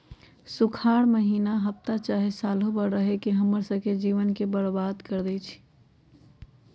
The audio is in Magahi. सुखार माहिन्ना हफ्ता चाहे सालों भर रहके हम्मर स के जीवन के बर्बाद कर देई छई